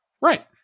Right